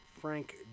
Frank